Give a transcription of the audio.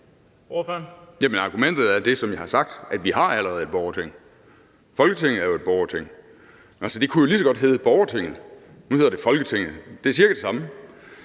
argumentet er det, som jeg har sagt, nemlig at vi allerede har et borgerting. Folketinget er jo et borgerting. Altså, det kunne jo lige så godt hedde borgertinget, nu hedder det Folketinget. Det er cirka det samme,